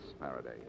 Faraday